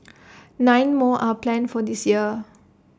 nine more are planned for this year